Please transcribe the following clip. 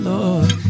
Lord